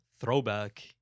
Throwback